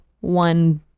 one